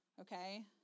okay